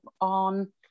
on